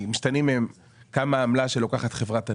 המשתנים הם כמה עמלה שלוקחת חברת הניהול,